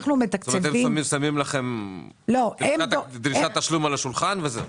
הם שמים לכם דרישת תשלום על השולחן וזהו?